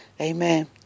Amen